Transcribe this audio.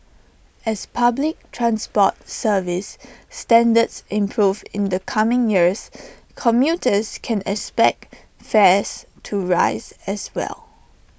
as public transport service standards improve in the coming years commuters can expect fares to rise as well